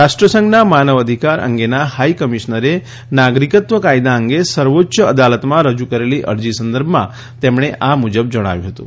રાષ્ટ્રસંઘના માનવઅધિકાર અંગેના હાઇકમિશનરે નાગરિકત્વ કાયદા અંગે સર્વોચ્ય અદાલતમાં રજૂ કરેલી અરજી સંદર્ભમાં તેમણે આ મુજબ જણાવ્યું હતું